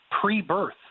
pre-birth